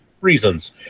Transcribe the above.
reasons